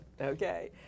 okay